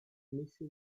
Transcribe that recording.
missy